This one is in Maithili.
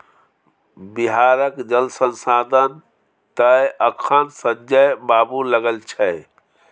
बिहारक जल संसाधन तए अखन संजय बाबू लग छै